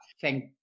Thank